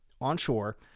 onshore